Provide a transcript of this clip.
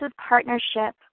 partnership